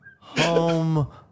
Home